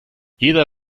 jeder